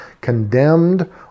condemned